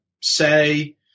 Say